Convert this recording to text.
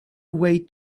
away